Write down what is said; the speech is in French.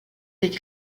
des